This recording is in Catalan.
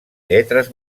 lletres